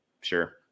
Sure